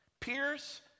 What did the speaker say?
Pierce